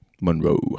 Monroe